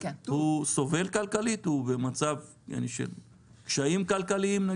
הוא במצב של קשיים כלכליים?